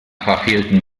verfehlten